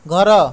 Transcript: ଘର